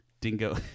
dingo